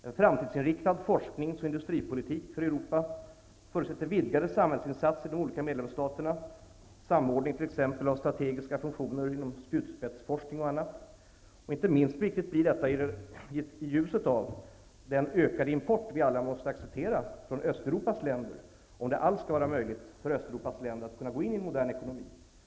En framtidsinriktad forsknings och industripolitik för Europa förutsätter vidgade samhällsinsatser i de olika medlemsstaterna, t.ex. samordning av strategiska funktioner inom spjutspetsforskning och annat. Inte minst viktigt blir detta i ljuset av den ökade import vi alla måste acceptera från Östeuropas länder, om det alls skall vara möjligt för Östeuropas länder att kunna gå in i en modern ekonomi.